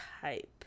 type